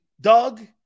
Doug